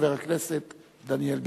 חבר הכנסת דניאל בן-סימון.